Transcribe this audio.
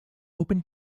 open